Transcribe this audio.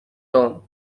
tom